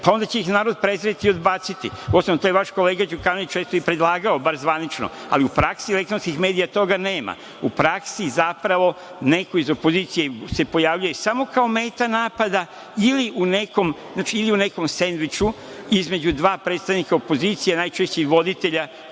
onda će ih narod prezreti i odbaciti. Uostalom to je vaš kolega Đukanović često i predlagao, bar zvanično, ali u praksi elektronskih medija toga nema. U praksi, zapravo, neko iz opozicije se pojavljuje samo kao meta napada ili u nekom sendviču, između dva predstavnika opozicije, najčešće i voditelja